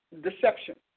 deception